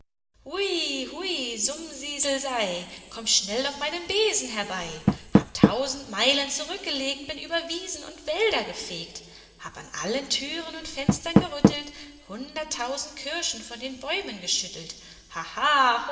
hui sumsiselsei komm schnell auf meinem besen herbei hab tausend meilen zurückgelegt bin über wiesen und wälder gefegt hab an allen türen und fenstern gerüttelt hunderttausend kirschen von den bäumen geschüttelt